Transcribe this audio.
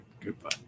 goodbye